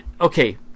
okay